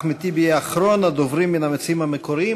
אחמד טיבי יהיה אחרון הדוברים מן המציעים המקוריים.